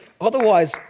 Otherwise